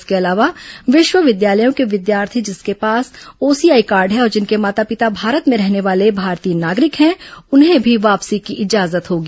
इसके अलावा विश्वविद्यालयों के विद्यार्थी जिनके पास ओसीआई कार्ड है और जिनके माता पिता भारत में रहने वाले भारतीय नागरिक हैं उन्हें भी वापसी की इजाजत होगी